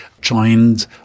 joined